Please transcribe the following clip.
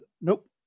nope